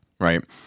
right